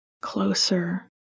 closer